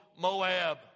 Moab